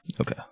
Okay